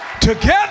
together